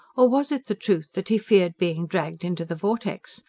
or was it the truth that he feared being dragged into the vortex.